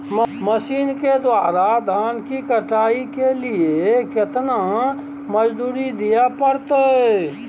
Machine के द्वारा धान की कटाइ के लिये केतना मजदूरी दिये परतय?